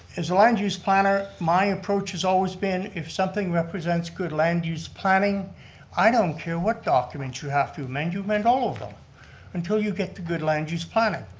as a land use planner, my approach has always been if something represents good land use planning i don't care what document you have to amend, you amend all of them until you get to good land use planning.